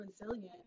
resilient